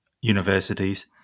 universities